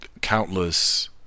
countless